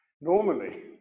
Normally